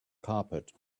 carpet